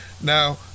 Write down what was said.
Now